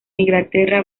inglaterra